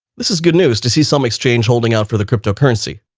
this is good news to see some exchange holding out for the cryptocurrency.